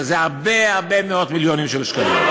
זה הרבה הרבה מאות מיליונים של שקלים.